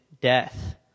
death